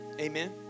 Amen